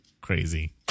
crazy